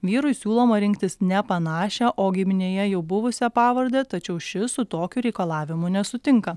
vyrui siūloma rinktis ne panašią o giminėje jau buvusią pavardę tačiau šis su tokiu reikalavimu nesutinka